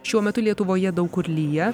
šiuo metu lietuvoje daug kur lyja